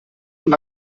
man